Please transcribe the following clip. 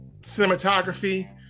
cinematography